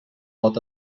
pot